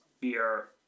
beer